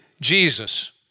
Jesus